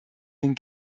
den